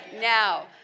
Now